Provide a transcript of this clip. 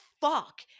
fuck